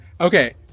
Okay